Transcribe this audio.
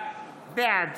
בעד